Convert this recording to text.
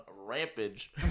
rampage